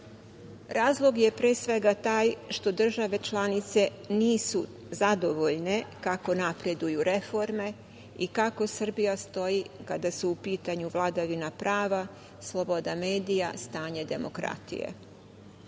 Razlog je, pre svega, taj što države članice nisu zadovoljne kako napreduju reforme i kako Srbija stoji kada su u pitanju vladavina prava, sloboda medija, stanje demokratije. Mi